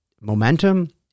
momentum